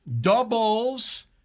doubles